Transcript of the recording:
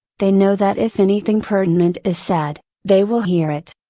they know that if anything pertinent is said, they will hear it.